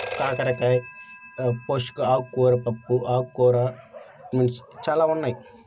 కాకరకాయ పోషక ఆకుకూర పప్పు ఆకుకూర మీన్స్ చాలా ఉన్నాయి